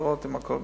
לראות אם הכול בסדר.